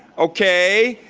okay,